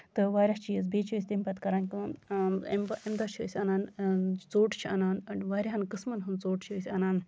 تہٕ واریاہ چیٖز بیٚیہِ چھِ أسۍ تَمہِ پَتہٕ کران کٲم اَمہِ دۄہ چھِ أسۍ اَنان ژوٚٹ چھِ اَنان واریاہَن قٔسمَن ہنز ژوٚٹ چھِ أسۍ اَنان